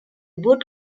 boat